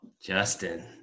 Justin